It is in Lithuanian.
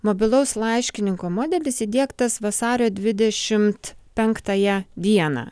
mobilaus laiškininko modelis įdiegtas vasario dvidešimt penktąją dieną